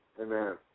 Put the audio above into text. Amen